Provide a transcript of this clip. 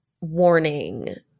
warning